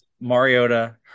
Mariota